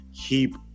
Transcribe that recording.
keep